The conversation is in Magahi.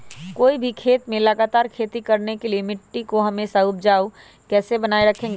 कोई भी खेत में लगातार खेती करने के लिए मिट्टी को हमेसा उपजाऊ कैसे बनाय रखेंगे?